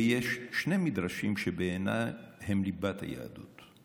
ויש שני מדרשים שבעיניי הם ליבת היהדות: